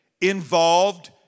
involved